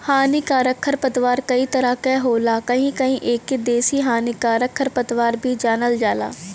हानिकारक खरपतवार कई तरह क होला कहीं कहीं एके देसी हानिकारक खरपतवार भी जानल जाला